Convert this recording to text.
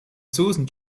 susan